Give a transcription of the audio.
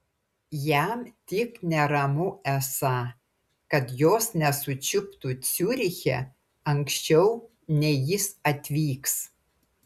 jam tik neramu esą kad jos nesučiuptų ciuriche anksčiau nei jis atvyks